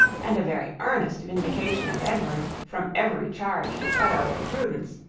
and a very earnest vindication of edward from every charge but of imprudence,